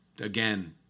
again